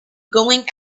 going